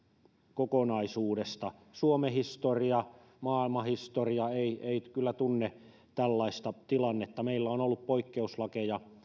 kokonaisuudesta suomen historia maailman historia eivät kyllä tunne tällaista tilannetta meillä on ollut poikkeuslakeja